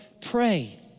Pray